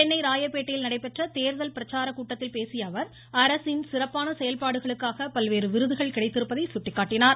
சென்னை ராயப்பேட்டையில் நடைபெற்ற தேர்தல் பிரச்சாரக் கூட்டத்தில் பேசிய அவர் அரசின் சிறப்பான செயல்பாடுகளுக்காக பல்வேறு விருதுகள் கிடைத்திருப்பதை சுட்டிக்காட்டினார்